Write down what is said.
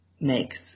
makes